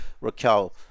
Raquel